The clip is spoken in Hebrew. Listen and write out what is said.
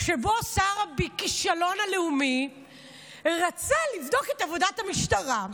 שבו שר הכישלון הלאומי רצה לבדוק את עבודת המשטרה.